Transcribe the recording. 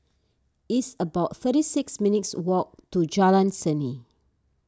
it's about thirty six minutes' walk to Jalan Seni